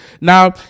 Now